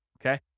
Okay